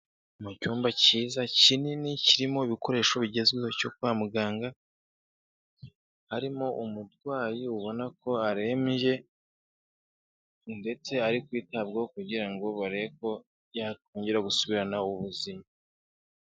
Mu cyumba cyiza kinini kirimo ibikoresho bigezweho cyo kwa muganga, harimo umurwayi ubona ko arembye ndetse ari kwitabwaho kugira ngo barebe ko yakongera gusubirana ubuzima.